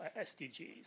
SDGs